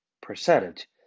percentage